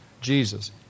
Jesus